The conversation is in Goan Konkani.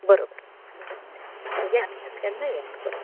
बरोबर येयात येयात केन्नाय येयात